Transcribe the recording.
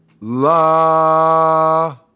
la